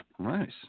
Nice